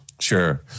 Sure